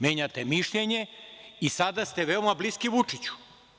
Menjate mišljenje i sada ste veoma bliski Vučiću.